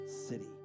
city